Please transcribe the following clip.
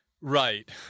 Right